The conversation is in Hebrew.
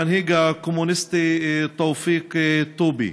המנהיג הקומוניסטי תופיק טובי,